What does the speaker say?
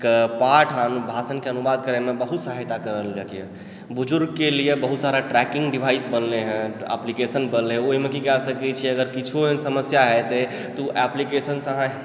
के पाठ अन भाषणकेँ अनुवाद करऽमे बहुत सहायता करल रहै कियो बुजुर्गके लिए बहुत सारा ट्रैकिंग डिवाइस बनलै हँ एप्लीकेशन बनलै हँ ओहिमे कि कए सकैत छियै अगर किछु एहन समस्या हेतय अहि तऽ ओ एप्लिकेशनसँ अहाँ